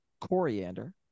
coriander